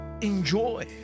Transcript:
enjoy